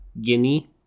Guinea